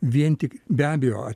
vien tik be abejo